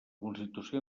constitució